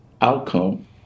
outcome